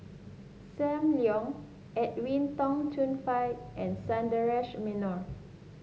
Sam Leong Edwin Tong Chun Fai and Sundaresh Menon